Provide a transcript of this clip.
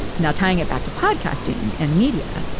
now tying it back to podcasting and media,